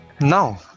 Now